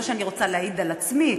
לא שאני רוצה להעיד על עצמי,